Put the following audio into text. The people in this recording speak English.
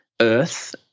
Earth